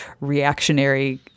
reactionary